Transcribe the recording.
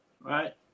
right